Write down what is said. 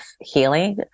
healing